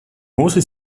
hose